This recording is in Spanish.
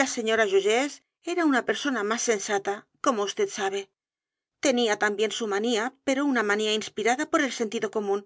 la señora joyeuse era una persona más sensata como vd sabe tenía también su manía pero una manía inspirada por el sentido c o m ú n